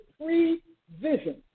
pre-vision